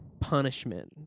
punishment